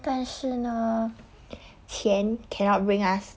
但是呢钱 cannot bring us